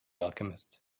alchemist